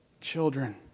children